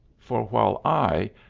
for while i,